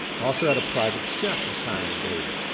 also had a private chef assigned to david.